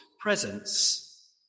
presence